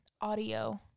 audio